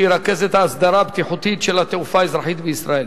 שירכז את ההסדרה הבטיחותית של התעופה האזרחית בישראל.